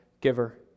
giver